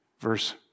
verse